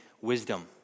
wisdom